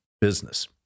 business